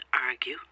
argue